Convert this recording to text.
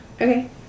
Okay